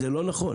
זה לא נכון.